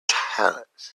talents